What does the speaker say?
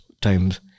times